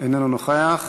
איננו נוכח.